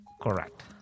Correct